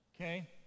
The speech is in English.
Okay